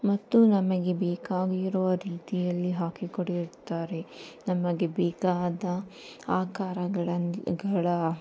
ಮತ್ತು ನಮಗೆ ಬೇಕಾಗಿರುವ ರೀತಿಯಲ್ಲಿ ಹಾಕಿಕೊಡುತ್ತಾರೆ ನಮಗೆ ಬೇಕಾದ ಆಕಾರಗಳನ್ನ ಗಳ